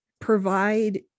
provide